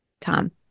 Tom